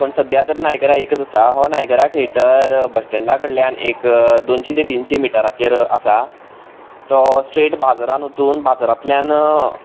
पण सद्या तर नायगरा एकूच आसा हो नायगरा थिएटर बस स्टेंडा कडल्यान एक दोनशी ते तिनशी मिटराचेर आसा तो स्ट्रेट बाजारांत वचून बाजारांतल्यान